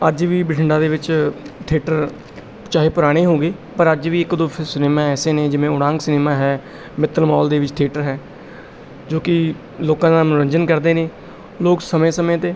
ਅੱਜ ਵੀ ਬਠਿੰਡਾ ਦੇ ਵਿੱਚ ਥਿਏਟਰ ਚਾਹੇ ਪੁਰਾਣੇ ਹੋ ਗਏ ਪਰ ਅੱਜ ਵੀ ਇੱਕ ਦੋ ਫਿ ਸਿਨੇਮਾ ਐਸੇ ਨੇ ਜਿਵੇਂ ਉੜਾਂਗ ਸਿਨੇਮਾ ਹੈ ਮਿੱਤਲ ਮੌਲ ਦੇ ਵਿੱਚ ਥੀਏਟਰ ਹੈ ਜੋ ਕਿ ਲੋਕਾਂ ਦਾ ਮਨੋਰੰਜਨ ਕਰਦੇ ਨੇ ਲੋਕ ਸਮੇਂ ਸਮੇਂ 'ਤੇ